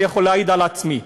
אני יכול להעיד על עצמי: